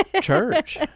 church